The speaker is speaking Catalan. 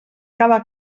cada